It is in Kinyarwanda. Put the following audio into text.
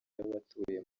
y’abatuye